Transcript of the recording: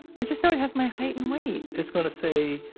i just know it has my height and weight it's going to say,